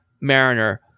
mariner